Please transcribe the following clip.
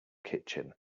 kitchen